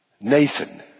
Nathan